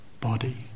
body